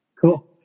Cool